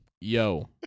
Yo